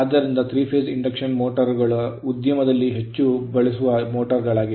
ಆದ್ದರಿಂದ 3 phase induction motor ಗಳು ಉದ್ಯಮದಲ್ಲಿ ಹೆಚ್ಚು ಬಳಸುವ ಮೋಟರ್ ಗಳಾಗಿವೆ